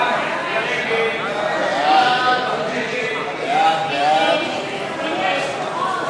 ההסתייגות לחלופין של קבוצת סיעת העבודה,